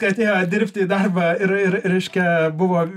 kai atėjo dirbt į darbą ir ir reiškia buvo